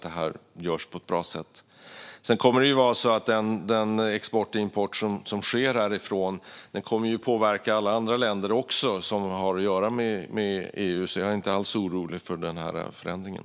Den export och import som sker härifrån kommer att påverka alla andra länder som har att göra med EU. Så jag är inte alls orolig för förändringen.